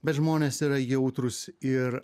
bet žmonės yra jautrūs ir